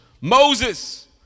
Moses